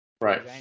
Right